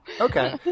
Okay